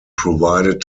provided